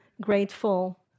grateful